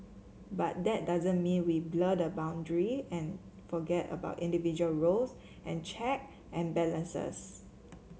but that doesn't mean we blur the boundary and forget about individual roles and check and balances